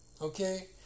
Okay